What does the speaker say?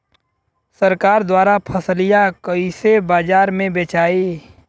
सरकार द्वारा फसलिया कईसे बाजार में बेचाई?